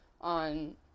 on